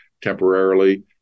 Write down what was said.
temporarily